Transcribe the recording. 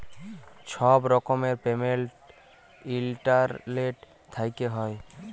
ছব রকমের payment internet থ্যাইকে হ্যয়